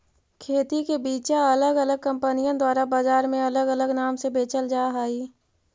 खेती के बिचा अलग अलग कंपनिअन द्वारा बजार में अलग अलग नाम से बेचल जा हई